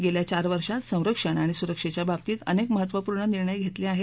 गेल्या चार वर्षात संरक्षण आणि सुरक्षेच्या बाबतीत अनेक महत्वपूर्ण निर्णय घेतले आहेत